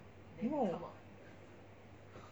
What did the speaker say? no